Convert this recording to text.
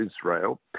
Israel